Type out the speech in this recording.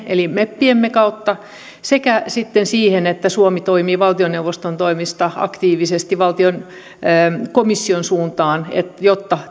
eli meppiemme kautta sekä siten että suomi toimii valtioneuvoston toimesta aktiivisesti komission suuntaan jotta